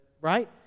right